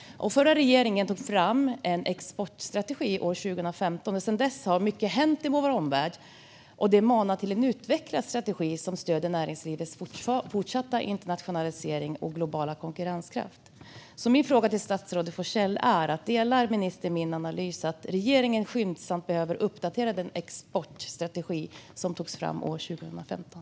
Den förra regeringen tog fram en exportstrategi år 2015. Sedan dess har mycket hänt i vår omvärld. Det manar till en utvecklad strategi som stöder näringslivets fortsatta internationalisering och globala konkurrenskraft. Min fråga till statsrådet Forssell är: Delar ministern min analys att regeringen skyndsamt behöver uppdatera den exportstrategi som togs fram år 2015?